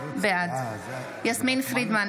בעד יסמין פרידמן,